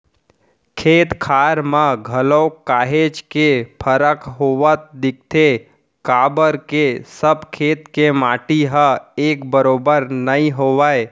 खेत खार म घलोक काहेच के फरक होवत दिखथे काबर के सब खेत के माटी ह एक बरोबर नइ होवय